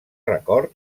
record